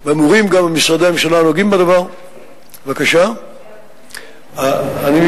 ומשרדי הממשלה הנוגעים בדבר גם אמורים,